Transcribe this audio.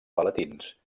palatins